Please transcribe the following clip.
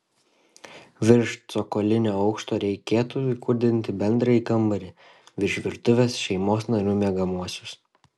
virš cokolinio aukšto reikėtų įkurdinti bendrąjį kambarį virš virtuvės šeimos narių miegamuosius